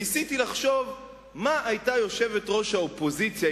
ניסיתי לחשוב מה היתה יושבת-ראש האופוזיציה,